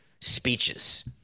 speeches